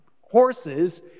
horses